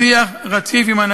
נוספים.